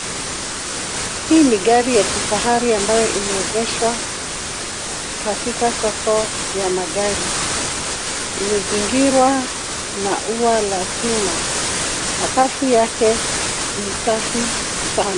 Hii ni gari ya kifahari ambayo imeegeshwa katika soko ya magari. Limezingirwa na ua la chuma. Sakafu yake ni safi sana.